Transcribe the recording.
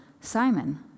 Simon